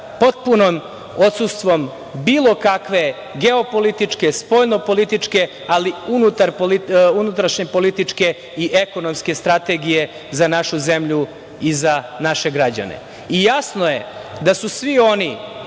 potpunim odsustvom bilo kakve geopolitičke, spoljnopolitičke, ali unutrašnje političke i ekonomske strategije za našu zemlju i za naše građane. Jasno je da su svi oni